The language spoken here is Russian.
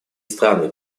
страны